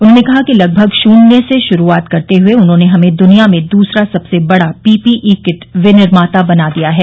उन्होंने कहा कि लगभग शून्य से शुरूआत करते हुए उन्होंने हमें दुनिया में दूसरा सबसे बड़ा पीपीई किट विनिर्माता बना दिया है